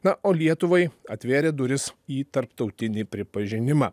na o lietuvai atvėrė duris į tarptautinį pripažinimą